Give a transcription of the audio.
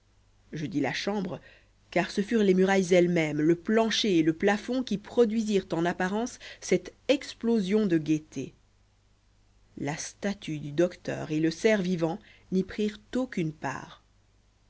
je dis la chambre car ce furent les murailles elles-mêmes le plancher et le plafond qui produisirent en apparence cette explosion de gaieté la statue du docteur et le cerf vivant n'y prirent aucune part